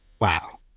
wow